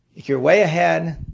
you're way ahead,